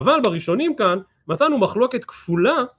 אבל בראשונים כאן מצאנו מחלוקת כפולה